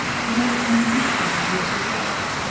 he may become a useful member of society.